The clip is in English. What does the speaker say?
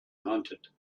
haunted